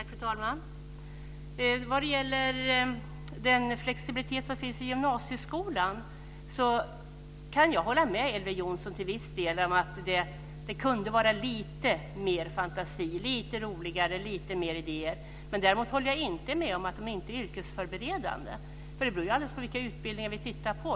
Fru talman! Vad det gäller den flexibilitet som finns i gymnasieskolan kan jag hålla med Elver Jonsson till viss del: Det kunde vara lite mer fantasi, lite roligare, lite mer idéer. Däremot håller jag inte med om att den inte är yrkesförberedande. Det beror ju alldeles på vilka utbildningar vi tittar på.